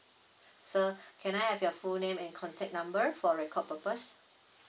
sir can I have your full name and contact number for record purpose